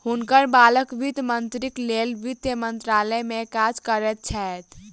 हुनकर बालक वित्त मंत्रीक लेल वित्त मंत्रालय में काज करैत छैथ